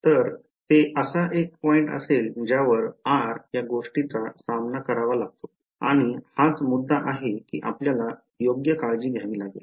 तर ते असा एक पॉईंट असेल ज्यावर r या गोष्टीचा सामना करावा लागतो आणि हाच मुद्दा आहे की आपल्याला योग्य काळजी घ्यावी लागेल